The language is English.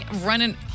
running